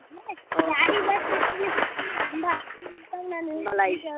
होमब्लालाय